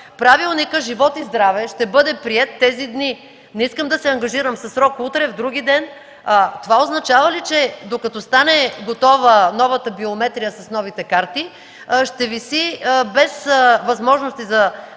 Правилникът – живот и здраве – ще бъде приет тези дни. Не искам да се ангажирам със срок утре или други ден. Това означава ли, че докато стане готова новата биометрия с новите карти, ще виси без възможност за